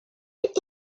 est